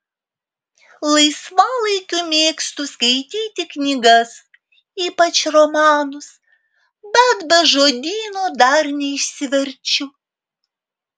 laisvalaikiu mėgstu skaityti knygas ypač romanus bet be žodyno dar neišsiverčiu